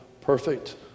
perfect